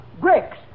Bricks